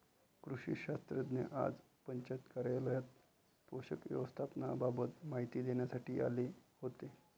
कृषी शास्त्रज्ञ आज पंचायत कार्यालयात पोषक व्यवस्थापनाबाबत माहिती देण्यासाठी आले होते